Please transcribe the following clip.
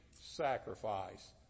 sacrifice